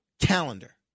calendar